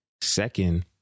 Second